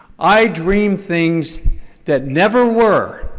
i dream things that never were,